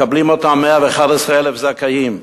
מקבלים אותה 111,000 זכאים,